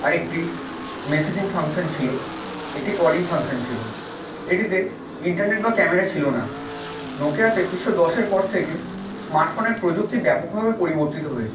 আর একটি messaging function ছিলো একটি কলিং ফাংশান ছিলো এটিতে ইন্টারনেট বা ক্যামেরা ছিলো না নোকিয়া তেত্রিশশো দশের পর থেকে স্মার্টফোনের প্রযুক্তি ব্যাপকভাবে পরিবর্তিত হয়েছে